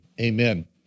amen